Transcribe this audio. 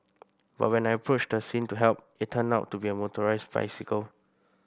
but when I approached the scene to help it turned out to be a motorised bicycle